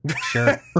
Sure